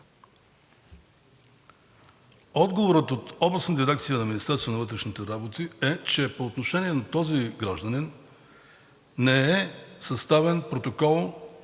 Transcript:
Отговорът от Областната дирекция на Министерството на вътрешните работи е, че по отношение на този гражданин не е съставен